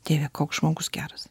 dieve koks žmogus geras